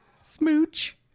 Smooch